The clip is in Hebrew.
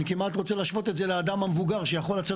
אני כמעט רוצה להשוות את זה לאדם המבוגר שיכול לעשות